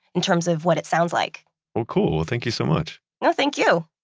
in terms of what it sounds like well, cool. thank you so much no, thank you